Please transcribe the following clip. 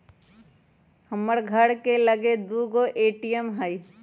हमर घर के लगे दू गो ए.टी.एम हइ